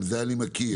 אני מכיר.